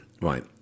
Right